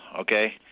okay